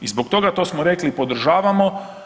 I zbog toga to smo rekli podržavamo.